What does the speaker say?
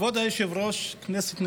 כבוד היושב-ראש, כנסת נכבדה,